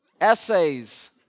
essays